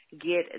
get